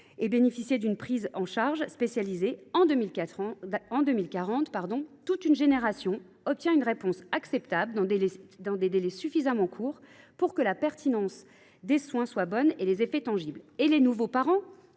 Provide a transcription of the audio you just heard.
bénéficiaient d’une prise en charge spécialisée, en 2040, toute une génération obtient une réponse acceptable, dans des délais suffisamment courts pour que les soins soient pertinents et les effets tangibles. Et les jeunes parents,